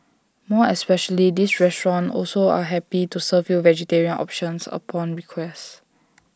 more especially this restaurant also are happy to serve you vegetarian options upon request